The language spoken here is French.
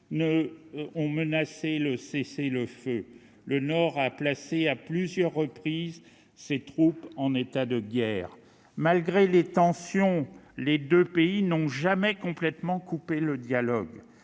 ont menacé le cessez-le-feu. Le Nord a placé à plusieurs reprises ses troupes en état de guerre. Malgré les tensions, les deux pays n'ont jamais complètement interrompu leur dialogue.